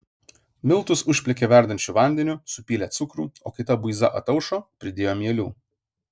miltus užplikė verdančiu vandeniu supylė cukrų o kai ta buiza ataušo pridėjo mielių